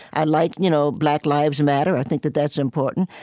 i like you know black lives matter. i think that that's important.